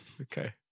Okay